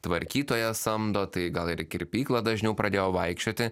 tvarkytoją samdo tai gal ir į kirpyklą dažniau pradėjo vaikščioti